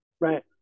Right